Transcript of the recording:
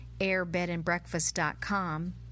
AirBedAndBreakfast.com